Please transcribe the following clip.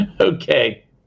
okay